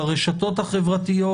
ברשתות החברתיות,